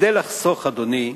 כדי לחסוך, אדוני,